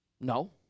no